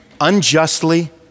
unjustly